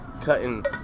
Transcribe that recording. cutting